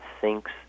thinks